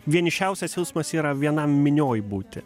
vienišiausias jausmas yra vienam minioj būti